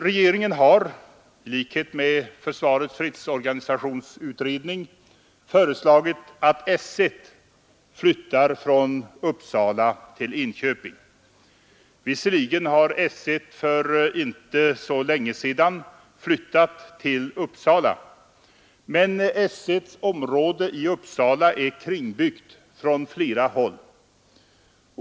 Regeringen har, i likhet med försvarets fredsorganisationsutredning, föreslagit att S 1 flyttar från Uppsala till Enköping. Visserligen har S 1 för inte så länge sedan flyttat till Uppsala, men § 1:s område i Uppsala är kringbyggt från flera håll.